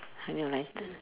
还没有来